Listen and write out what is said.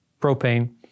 propane